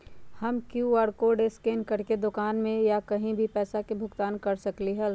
हम QR code scan करके दुकान में या कहीं भी पैसा के भुगतान कर सकली ह?